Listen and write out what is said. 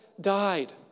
died